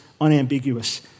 unambiguous